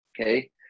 Okay